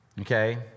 Okay